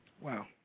Wow